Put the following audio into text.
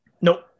Nope